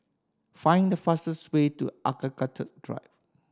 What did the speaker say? find the fastest way to Architecture Drive